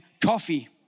Coffee